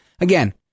again